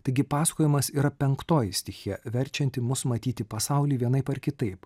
taigi pasakojimas yra penktoji stichija verčianti mus matyti pasaulį vienaip ar kitaip